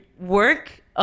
work